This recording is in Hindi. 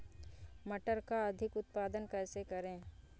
मटर का अधिक उत्पादन कैसे करें?